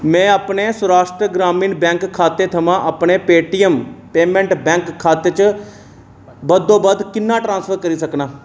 में अपने सौराश्ट्र ग्रामीण बैंक खाते थमां अपने पेटीएम पेमैंट बैंक खाते च बद्धोबद्ध किन्ना ट्रांसफर करी सकनां